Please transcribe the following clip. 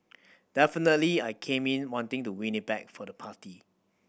definitely I came in wanting to win it back for the party